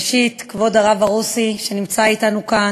ראשית, כבוד הרב ערוסי, שנמצא אתנו כאן,